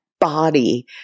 body